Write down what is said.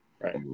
Right